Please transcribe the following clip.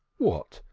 what!